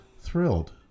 thrilled